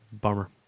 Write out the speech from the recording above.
Bummer